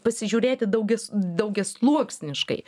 pasižiūrėti daugis daugiasluoksniškai